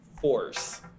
force